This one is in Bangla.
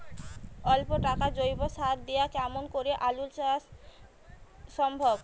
অল্প টাকার জৈব সার দিয়া কেমন করি আলু চাষ সম্ভব?